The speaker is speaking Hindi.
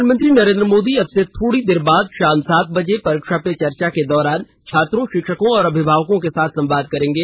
प्रधानमंत्री नरेंद्र मोदी अब से थोड़ी देर बाद शाम सात बजे परीक्षा पे चर्चा के दौरान छात्रों शिक्षकों और अभिभावकों के साथ संवाद करेंगे